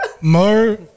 Mo